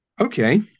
Okay